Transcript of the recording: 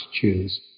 choose